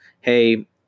hey